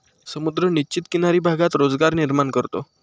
समुद्र निश्चित किनारी भागात रोजगार निर्माण करतो